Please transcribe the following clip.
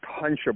punchable